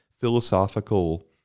philosophical